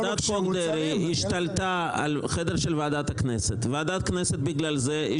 ועדת חוק דרעי השתלטה על חדר ועדת הכנסת ובגלל זה ועדת